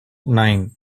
nine